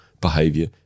behavior